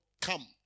come